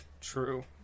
True